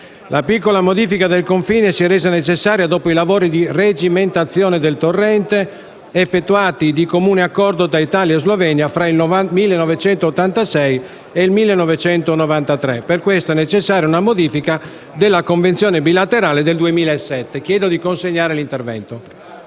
La piccola modifica del confine si è resa necessaria dopo i lavori di regimentazione del torrente, effettuati di comune accordo da Italia e Slovenia fra il 1986 e il 1993. Per questo è necessaria una modifica della Convenzione bilaterale del 2007 che ha finora definito